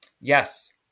yes